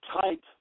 type